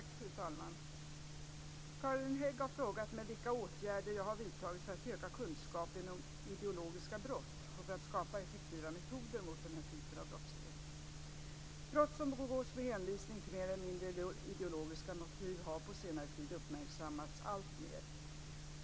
Fru talman! Carina Hägg har frågat mig vilka åtgärder jag har vidtagit för att öka kunskapen om ideologiska brott och för att skapa effektiva metoder mot denna typ av brottslighet. Brott som begås med hänvisning till mer eller mindre ideologiska motiv har på senare tid uppmärksammats alltmer.